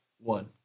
one